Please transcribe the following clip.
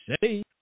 say